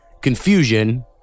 confusion